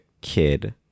kid